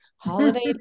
holiday